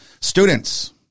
Students